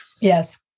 Yes